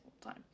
time